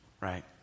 right